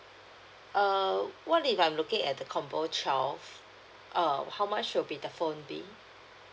err what if I'm looking at the combo twelve uh how much will be the phone be